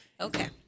Okay